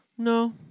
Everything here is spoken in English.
No